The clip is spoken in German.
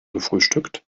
gefrühstückt